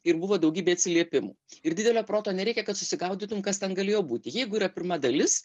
ir buvo daugybė atsiliepimų ir didelio proto nereikia kad susigaudytum kas ten galėjo būti jeigu yra pirma dalis